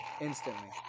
instantly